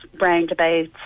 roundabouts